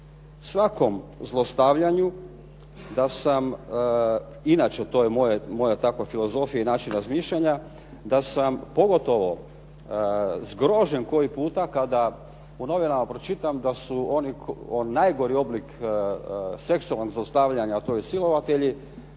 svakom zlostavljanju da sam, i inače to je moja takva filozofija i način razmišljanja da sam pogotovo zgrožen koji puta kada u novinama pročitam da su oni najgori oblik seksualnog zlostavljanja a to i silovatelji